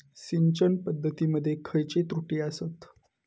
सिंचन पद्धती मध्ये खयचे त्रुटी आसत?